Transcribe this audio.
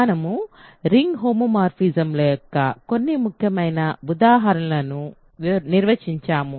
మనము రింగ్ హోమోమార్ఫిజమ్ల యొక్క కొన్ని ముఖ్యమైన ఉదాహరణలను నిర్వచించాము మరియు పరిశీలించాము